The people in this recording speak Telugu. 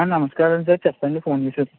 ఆ నమస్కారం సార్ చెప్పండి ఫోన్ చేశారు